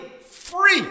free